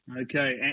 Okay